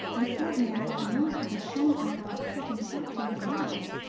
and certainly i ought not to have shown her how upset and frightened i was.